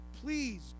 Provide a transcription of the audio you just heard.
please